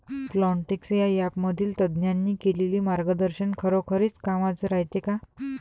Plantix या ॲपमधील तज्ज्ञांनी केलेली मार्गदर्शन खरोखरीच कामाचं रायते का?